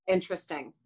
Interesting